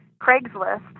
Craigslist